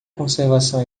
conservação